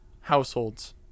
households